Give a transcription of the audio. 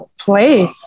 play